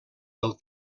del